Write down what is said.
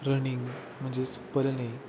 running म्हणजेच पळणे